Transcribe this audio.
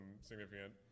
significant